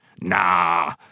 Nah